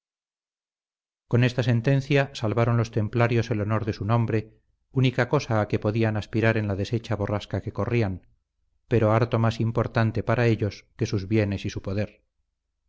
con esta sentencia salvaron los templarios el honor de su nombre única cosa a que podían aspirar en la deshecha borrasca que corrían pero harto más importante para ellos que sus bienes y su poder